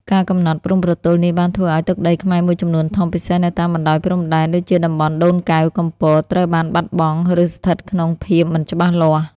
ការកំណត់ព្រំប្រទល់នេះបានធ្វើឱ្យទឹកដីខ្មែរមួយចំនួនធំ ពិសេសនៅតាមបណ្តោយព្រំដែន ដូចជាតំបន់ដូនកែវ កំពត ត្រូវបានបាត់បង់ ឬស្ថិតក្នុងភាពមិនច្បាស់លាស់។